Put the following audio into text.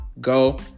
Go